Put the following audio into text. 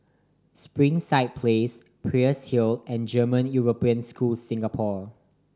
Springside Place Peirce Hill and German European School Singapore